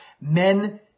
men